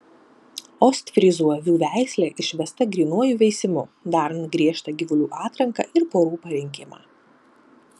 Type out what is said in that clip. ostfryzų avių veislė išvesta grynuoju veisimu darant griežtą gyvulių atranką ir porų parinkimą